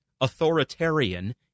authoritarian